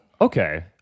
Okay